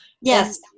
yes